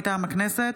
מטעם הכנסת,